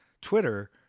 twitter